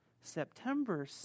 September